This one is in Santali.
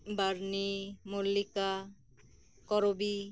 ᱵᱟᱨᱱᱤ ᱢᱚᱞᱞᱤᱠᱟ ᱠᱚᱨᱚᱵᱤ